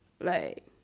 like